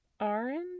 Orange